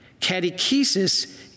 Catechesis